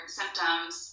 symptoms